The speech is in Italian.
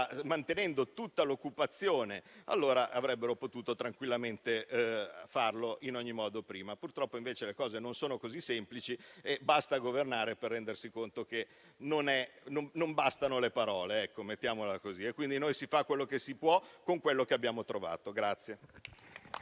mantenendo tutta l'occupazione, allora avrebbero potuto tranquillamente farlo prima. Purtroppo invece le cose non sono così semplici e basta governare per rendersi conto che non bastano le parole (mettiamola così). Noi si fa quello che si può, con quello che abbiamo trovato.